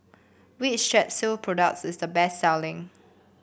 which Strepsils product is the best selling